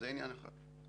זה עניין אחד.